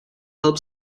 help